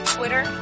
Twitter